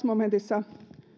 momentissa